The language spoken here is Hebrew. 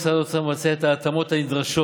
משרד האוצר מבצע את ההתאמות הנדרשות